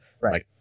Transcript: Right